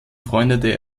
freundete